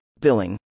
billing